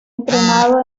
entrenado